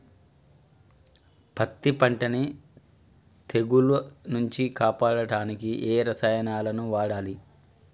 పత్తి పంటని తెగుల నుంచి కాపాడడానికి ఏ రసాయనాలను వాడాలి?